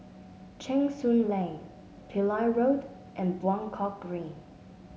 Cheng Soon Lane Pillai Road and Buangkok Green